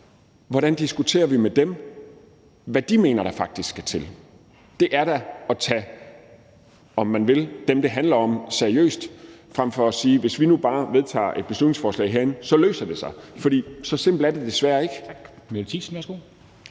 Hvordan diskuterer vi med dem, hvad de mener der faktisk skal til? Det er da at tage dem, det handler om, seriøst frem for at sige, at hvis vi nu bare vedtager et beslutningsforslag herinde, løser det sig. For så simpelt er det desværre ikke. Kl. 10:38 Formanden